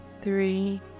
three